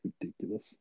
Ridiculous